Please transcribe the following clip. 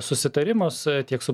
susitarimus tiek su